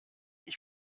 ich